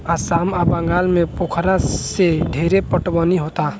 आसाम आ बंगाल में पोखरा से ढेरे पटवनी होता